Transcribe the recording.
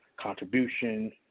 contribution